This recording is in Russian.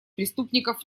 преступников